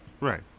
Right